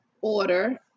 order